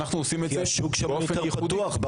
כי השוק יותר פתוח.